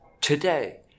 today